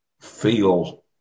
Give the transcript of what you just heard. feel